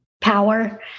power